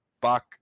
buck